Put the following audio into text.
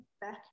back